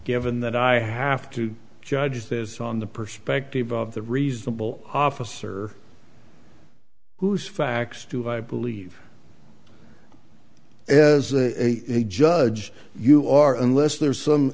given that i have to judge this on the perspective of the reasonable officer whose facts do i believe as the judge you are unless there is some